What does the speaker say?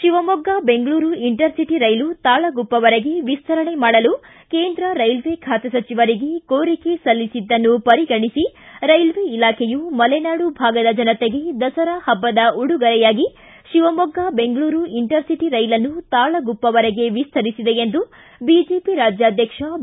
Shivamogga Bengaluru intercity rail ತಾಳಗುಪ್ಪವರೆಗೆ ವಿಸ್ತರಣೆ ಮಾಡಲು ಕೇಂದ್ರ ರೈಲ್ವೆ ಖಾತೆ ಸಚಿವರಿಗೆ ಕೋರಿಕೆ ಸಲ್ಲಿಸಿದ್ದನ್ನು ಪರಿಗಣಿಸಿ ರೈಲ್ವೇ ಇಲಾಖೆಯು ಮಲೆನಾಡು ಭಾಗದ ಜನತೆಗೆ ದಸರಾ ಹಬ್ಬದ ಉಡುಗೊರೆಯಾಗಿ ಶಿವಮೊಗ್ಗ ಬೆಂಗಳೂರು ಇಂಟರ್ ಸಿಟಿ ರೈಲನ್ನು ತಾಳಗುಪ್ಪವರೆಗೆ ವಿಸ್ತರಿಸಿದೆ ಎಂದು ಬಿಜೆಪಿ ರಾಜ್ಯಾಧ್ಯಕ್ಷ ಬಿ